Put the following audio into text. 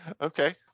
okay